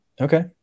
Okay